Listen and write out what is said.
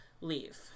leave